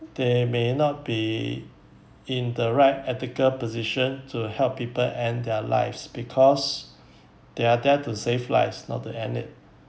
they may not be in the right ethical position to help people end their lives because they are there to save lives not the end it